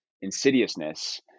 insidiousness